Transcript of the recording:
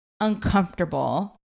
uncomfortable